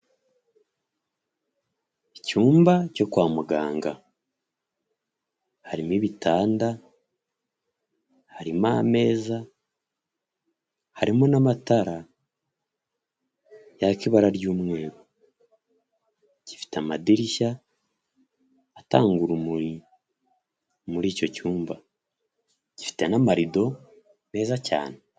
Icyumba cyo kwa muganga harimo ibitanda, harimo ameza, harimo n'amatara yaka ibara ry'umweru. Gifite amadirishya atanga urumuri muri icyo cyumba, gifite n'amarido meza cyane.